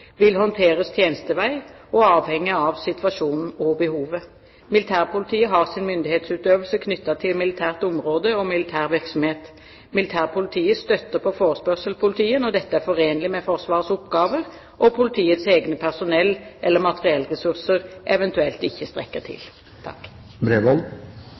vil håndteres tjenestevei og avhenge av situasjonen og behovet. Militærpolitiet har sin myndighetsutøvelse knyttet til militært område og militær virksomhet. Militærpolitiet støtter på forespørsel politiet når dette er forenlig med Forsvarets oppgaver og politiets egne personell- eller materiellressurser eventuelt ikke strekker